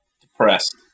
depressed